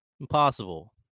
Impossible